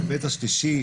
ההיבט השלישי,